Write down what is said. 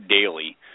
daily